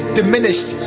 diminished